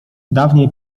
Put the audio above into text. dawniej